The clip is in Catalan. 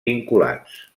vinculats